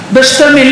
בשתי מילים,